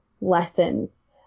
lessons